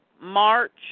March